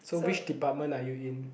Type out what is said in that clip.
so which department are you in